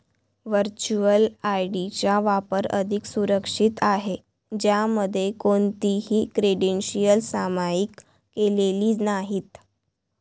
virtual ID चा वापर अधिक सुरक्षित आहे, ज्यामध्ये कोणतीही क्रेडेन्शियल्स सामायिक केलेली नाहीत